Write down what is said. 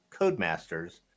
Codemasters